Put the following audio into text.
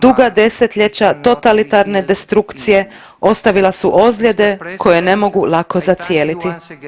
Duga desetljeća totalitarne destrukcije ostavila su ozljede koje ne mogu lako zacijeliti.